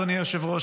אדוני היושב-ראש,